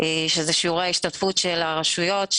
שזה שיעורי ההשתתפות של הרשויות.